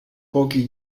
pochi